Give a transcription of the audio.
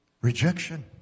Rejection